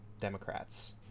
Democrats